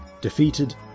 Defeated